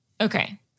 Okay